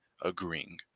agreeing